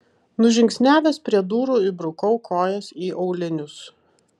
nužingsniavęs prie durų įbrukau kojas į aulinius